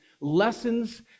lessons